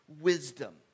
wisdom